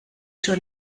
schon